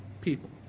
people